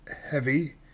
Heavy